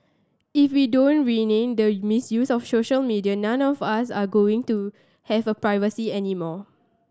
if we don't rein in the misuse of social media none of us are going to have a privacy anymore